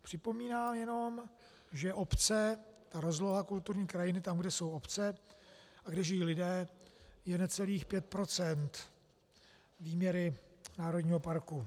Připomínám jenom, že obce a rozloha kulturní krajiny tam, kde jsou obce, kde žijí lidé, je necelých pět procent výměry národního parku.